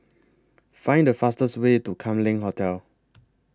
Find The fastest Way to Kam Leng Hotel